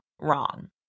wrong